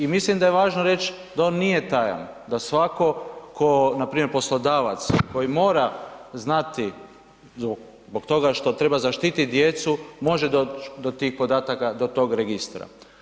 I mislim da je važno reći da on nije tajan, da svatko tko npr. poslodavac koji mora znati, zbog toga što treba zaštiti djecu može doći do tih podataka, do tog registra.